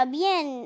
bien